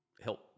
help